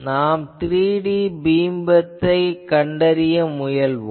நாம் 3D beam width ஐக் கண்டறிய முயல்வோம்